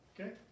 Okay